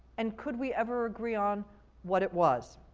and could we ever agree on what it was?